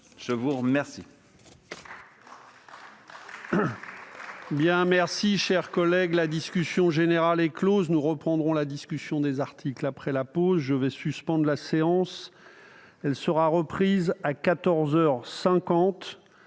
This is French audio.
Je vous remercie